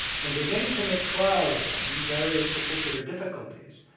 and beginning to make trial of them in various particular difficulties,